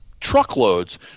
truckloads